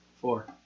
Four